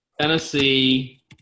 Tennessee